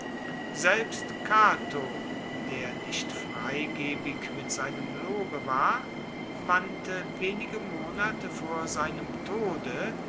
selbst cato der nicht freigebig mit seinem lobe war wandte wenige monate vor seinem tode